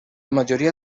majoria